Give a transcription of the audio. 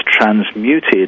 transmuted